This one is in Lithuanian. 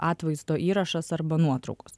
atvaizdo įrašas arba nuotraukos